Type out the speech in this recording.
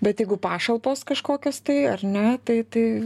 bet jeigu pašalpos kažkokios tai ar ne tai tai